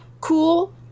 cool